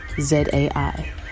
Z-A-I